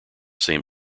same